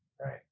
right